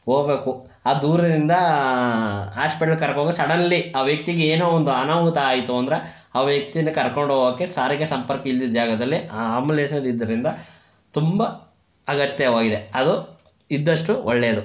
ಹೋಗ್ಬೇಕು ಆ ದೂರದಿಂದ ಹಾಸ್ಪೆಟ್ಲಿಗ್ ಕರ್ಕೊಂಡು ಹೋಗುವಾಗ ಸಡನ್ಲಿ ಆ ವ್ಯಕ್ತಿಗೆ ಏನೋ ಒಂದು ಅನಾಹುತ ಆಯಿತು ಅಂದರೆ ಆ ವ್ಯಕ್ತಿನ ಕರ್ಕೊಂಡು ಹೋಗಕ್ಕೆ ಸಾರಿಗೆ ಸಂಪರ್ಕ ಇಲ್ದಿದ್ದ ಜಾಗದಲ್ಲಿ ಆ ಆಂಬುಲೆನ್ಸು ಇದ್ದಿದ್ರಿಂದ ತುಂಬ ಅಗತ್ಯವಾಗಿದೆ ಅದು ಇದ್ದಷ್ಟು ಒಳ್ಳೆಯದು